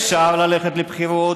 אפשר ללכת לבחירות,